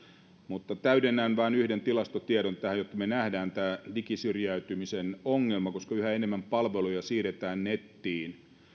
täydennän tähän vain yhden tilastotiedon jotta me näemme tämän digisyrjäytymisen ongelman yhä enemmän palveluja siirretään nettiin